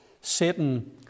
Satan